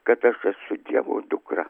kad aš su dievo dukra